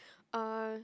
uh